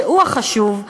שהוא החשוב,